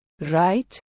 right